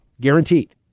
guaranteed